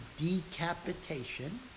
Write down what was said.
decapitation